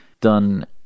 done